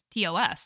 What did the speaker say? TOS